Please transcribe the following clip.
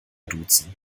duzen